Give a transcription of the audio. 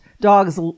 dog's